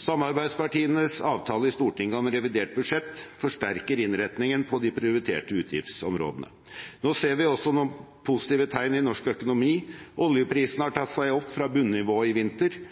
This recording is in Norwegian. Samarbeidspartienes avtale i Stortinget om revidert budsjett forsterker innretningen på de prioriterte utgiftsområdene. Nå ser vi også noen positive tegn i norsk økonomi: Oljeprisen har tatt seg opp fra bunnivåene i vinter.